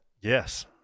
Yes